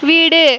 வீடு